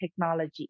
technology